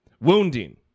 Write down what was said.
Wounding